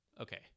Okay